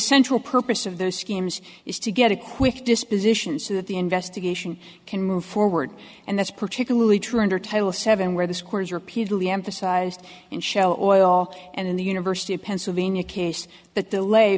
central purpose of those schemes is to get a quick disposition so that the investigation can move forward and that's particularly true under title seven where the scores repeatedly emphasized and show oil and in the university of pennsylvania case but the lay